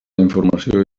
informació